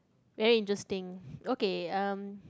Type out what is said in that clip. very interesting okay uh